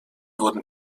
wurden